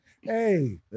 Hey